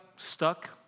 stuck